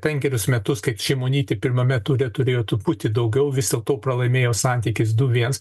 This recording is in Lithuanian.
penkerius metus kai šimonytė pirmame ture turėjo truputį daugiau vis dėlto pralaimėjo santykis du viens